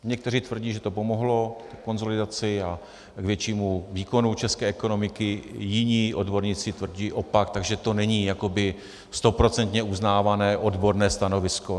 Někteří tvrdí, že to pomohlo ke konsolidaci a k většímu výkonu české ekonomiky, jiní odborníci tvrdí opak, takže to není jakoby stoprocentně uznávané odborné stanovisko.